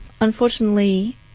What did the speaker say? Unfortunately